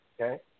Okay